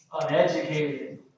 uneducated